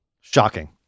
Shocking